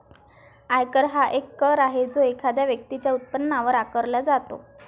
आयकर हा एक कर आहे जो एखाद्या व्यक्तीच्या उत्पन्नावर आकारला जातो